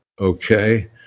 Okay